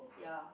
ya